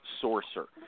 sorcerer